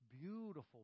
beautiful